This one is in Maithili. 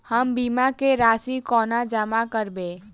हम बीमा केँ राशि कोना जमा करबै?